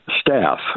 staff